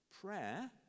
prayer